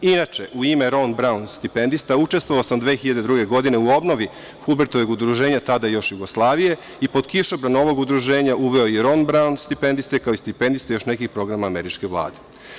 Inače, u ime „Ron Braun“ stipendista učestvovao sam 2002. godine u obnovi Fulbrajtovog udruženja tada još Jugoslavije i pod kišobran ovog udruženja uveo i „Ron Braun“ stipendiste, kao i stipendiste još nekih programa američke vlade.